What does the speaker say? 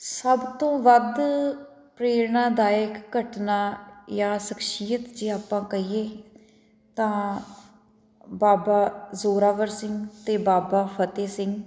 ਸਭ ਤੋਂ ਵੱਧ ਪ੍ਰੇਰਣਾਦਾਇਕ ਘਟਨਾ ਜਾਂ ਸ਼ਖਸ਼ੀਅਤ ਜੇ ਆਪਾਂ ਕਹੀਏ ਤਾਂ ਬਾਬਾ ਜ਼ੋਰਾਵਰ ਸਿੰਘ ਅਤੇ ਬਾਬਾ ਫਤਿਹ ਸਿੰਘ